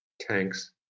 tanks